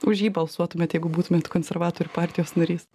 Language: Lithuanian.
už jį balsuotumėt jeigu būtumėt konservatorių partijos narys